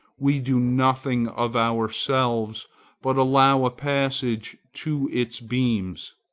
we do nothing of ourselves, but allow a passage to its beams.